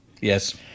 Yes